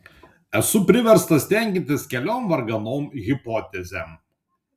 esu priverstas tenkintis keliom varganom hipotezėm